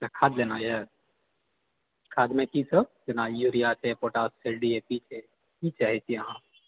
अच्छा खाद लेना यए खाद मे की सब जेना यूरिया छै पोटास छै डी ए पी छै की चाहै छी अहाँ